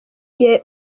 igihe